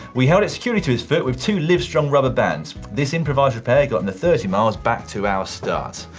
we held it securely to his foot with two livestrong rubber bands. this improvised repair got him the thirty miles back to our start.